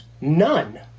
none